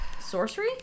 Sorcery